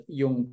yung